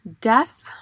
death